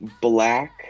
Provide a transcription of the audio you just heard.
black